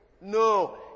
No